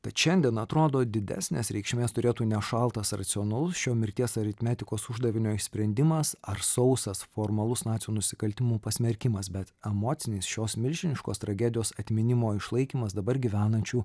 tad šiandien atrodo didesnės reikšmės turėtų ne šaltas racionalus šio mirties aritmetikos uždavinio išsprendimas ar sausas formalus nacių nusikaltimų pasmerkimas bet emocinis šios milžiniškos tragedijos atminimo išlaikymas dabar gyvenančių